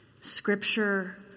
Scripture